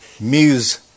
muse